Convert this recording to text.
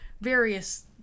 various